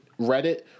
Reddit